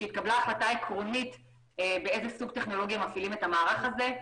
כשהתקבלה החלטה עקרונית באיזה סוג טכנולוגיה מפעילים את המערך הזה.